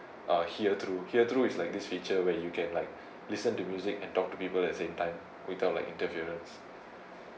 ah hear through hear through is like this feature where you can like listen to music and talk to people at the same time without like interference